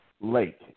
Lake